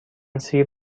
سیر